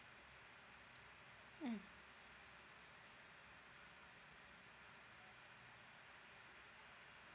mm